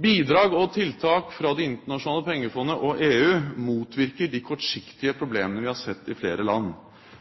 Bidrag og tiltak fra Det internasjonale pengefondet og EU motvirker de kortsiktige problemene vi har sett i flere land.